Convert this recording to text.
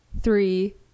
Three